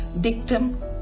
Dictum